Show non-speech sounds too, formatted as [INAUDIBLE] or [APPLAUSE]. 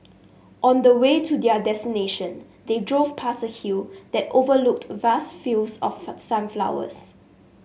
on the way to their destination they drove past a hill that overlooked vast fields of [UNINTELLIGIBLE] sunflowers